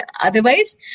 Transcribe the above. Otherwise